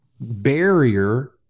barrier